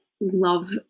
love